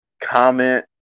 comment